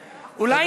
תודה.